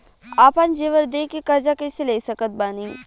आपन जेवर दे के कर्जा कइसे ले सकत बानी?